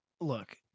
look